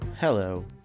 Hello